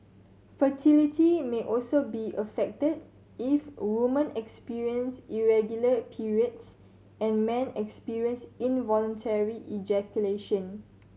fertility may also be affected if women experience irregular periods and men experience involuntary ejaculation